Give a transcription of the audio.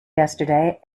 yesterday